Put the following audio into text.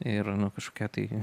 ir nu kažkokia tai